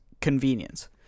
Convenience